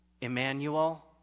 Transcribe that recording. Emmanuel